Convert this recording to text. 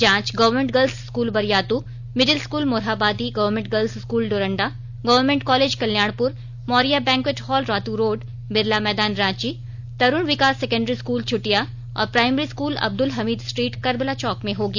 जांच government girls school Bariatu middle school Morhabadi government girls Doranda government college Kalyanpur Maurya banquet hall Ratu road Birla Maidan Ranchi Tarun Vikas secondary school Chutia और primary school Abdul Hamid street school Karbala Chowk में होगी